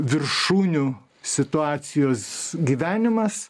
viršūnių situacijos gyvenimas